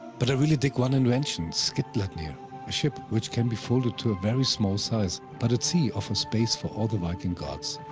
but i really dig one invention skidbladnir, a ship which can be folded to a very small size, but at sea offers space for all the viking gods.